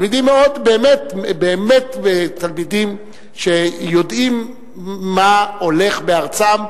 באמת תלמידים שיודעים מה הולך בארצם,